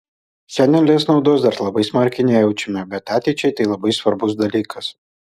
šiandien lez naudos dar labai smarkiai nejaučiame bet ateičiai tai labai svarbus dalykas